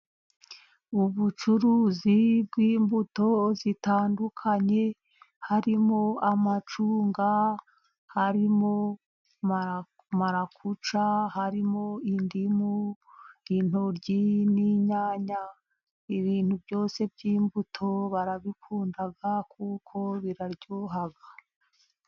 Ubucuruzi bw'imbuto zitandukanye harimo amacunga, harimo marakuja, harimo indimu, intoryi n'inyanya, ibintu byose by'imbuto barabikunda kuko biraryoha.